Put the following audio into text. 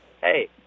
Hey